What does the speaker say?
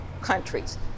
countries